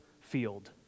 field